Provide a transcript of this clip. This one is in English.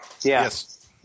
Yes